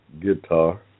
guitar